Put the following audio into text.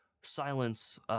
silence